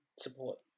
support